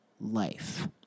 life